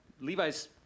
Levi's